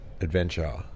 adventure